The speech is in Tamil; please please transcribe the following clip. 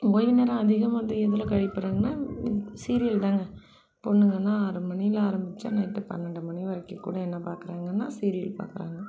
ஓய்வு நேரம் அதிகமாக வந்து எதில் கழிக்கிறாங்கன்னா சீரியல்தாங்க பொண்ணுங்கள்லாம் ஆறு மணியில ஆரம்மிச்சா நைட் பன்னெண்டு மணி வரைக்கும் கூட என்ன பாக்கிறாங்கன்னா சீரியல் பாக்கிறாங்க